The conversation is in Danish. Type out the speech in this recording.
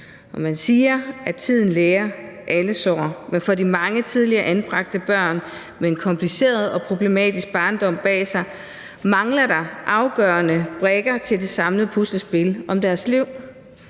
Man siger, at tiden læger alle sår, men for de mange tidligere anbragte børn med en kompliceret og problematisk barndom bag sig mangler der afgørende brikker til det samlede puslespil i deres liv: